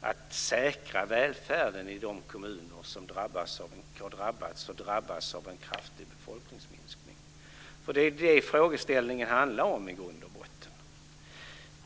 att säkra välfärden i de kommuner som har drabbats och drabbas av en kraftig befolkningsminskning. Det är vad frågeställningen handlar om i grund och botten.